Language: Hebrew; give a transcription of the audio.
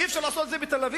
אי-אפשר לעשות את זה בתל-אביב?